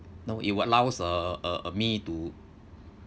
no it allows uh uh uh me to